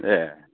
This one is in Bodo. ए